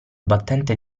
battente